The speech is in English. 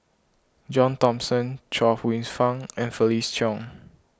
John Thomson Chuang Hsueh Fang and Felix Cheong